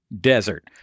desert